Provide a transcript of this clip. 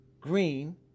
green